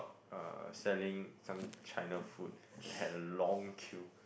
uh selling some China food that had a long queue